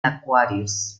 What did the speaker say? acuarios